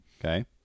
Okay